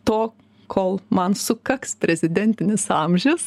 to kol man sukaks prezidentinis amžius